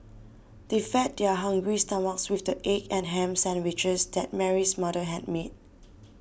they fed their hungry stomachs with the egg and ham sandwiches that Mary's mother had made